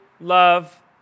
love